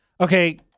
Okay